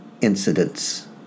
incidents